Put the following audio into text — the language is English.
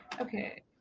Okay